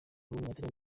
w’umutaliyani